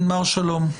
מר שלום.